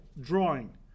drawing